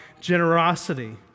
Generosity